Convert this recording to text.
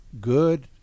good